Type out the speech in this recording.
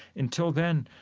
until then,